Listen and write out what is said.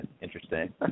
Interesting